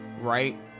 right